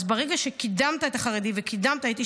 אז ברגע שקידמת את החרדי וקידמת את אנשי